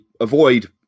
avoid